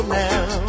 now